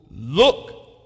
look